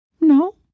No